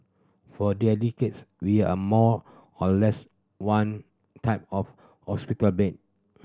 for decades we are more or less one type of hospital bed